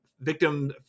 victim